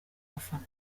bafana